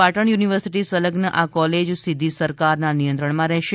Patan university સંલગ્ન આ college સીધી સરકારના નિયંત્રણમાં રહેશે